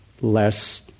less